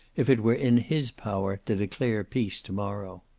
if it were in his power to declare peace to-morrow.